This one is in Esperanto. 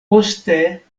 poste